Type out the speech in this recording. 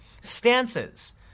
Stances